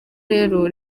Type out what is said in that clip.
rero